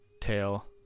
Tail